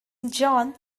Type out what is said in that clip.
john